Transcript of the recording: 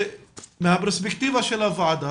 מהפרספקטיבה של הוועדה,